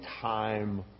time